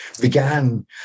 began